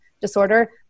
disorder